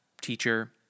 teacher